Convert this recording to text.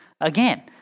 Again